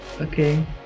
Okay